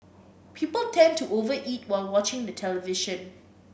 people tend to over eat while watching the television